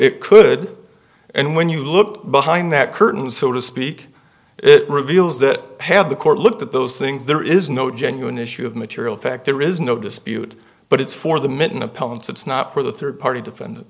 it could and when you look behind that curtain so to speak it reveals that have the court looked at those things there is no genuine issue of material fact there is no dispute but it's for the mitten appellant it's not for the third party defendant